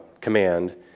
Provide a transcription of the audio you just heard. command